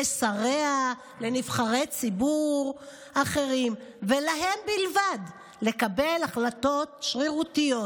לשרים ולנבחרי ציבור אחרים ולהם בלבד לקבל החלטות שרירותיות,